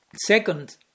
Second